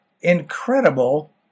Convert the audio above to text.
incredible